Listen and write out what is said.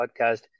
podcast